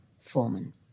Foreman